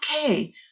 okay